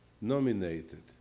nominated